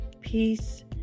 peace